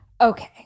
Okay